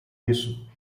nisso